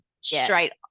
straight